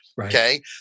Okay